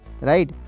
right